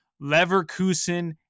Leverkusen